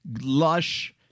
lush